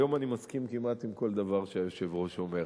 היום אני מסכים כמעט לכל דבר שהיושב-ראש אומר.